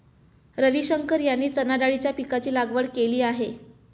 रविशंकर यांनी चणाडाळीच्या पीकाची लागवड केली आहे